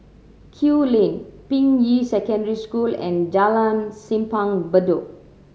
Kew Lane Ping Yi Secondary School and Jalan Simpang Bedok